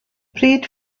pryd